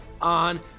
on